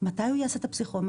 מתי הוא יעשה את הפסיכומטרי?